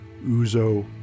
Uzo